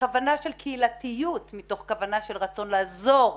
כוונה של קהילתיות, מתוך כוונה של רצון לעזור.